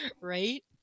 Right